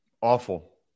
awful